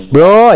Bro